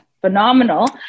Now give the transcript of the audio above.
phenomenal